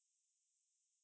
oh that's so sad